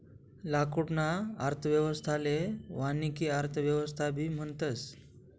लाकूडना अर्थव्यवस्थाले वानिकी अर्थव्यवस्थाबी म्हणतस